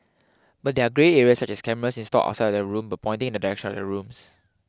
but there are grey areas such as cameras installed outside their rooms but pointing in the direction of their rooms